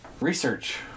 research